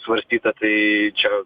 svarstyta tai čia